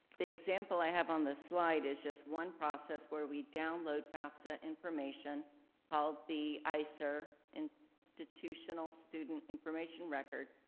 the example i have on the slide is just one process where we download fafsa information called the isir, so and institutional student information record,